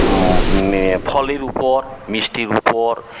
ফলের উপর মিষ্টির উপর